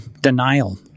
denial